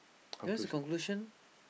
here's the conclusion